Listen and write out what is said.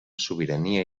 sobirania